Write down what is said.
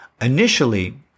Initially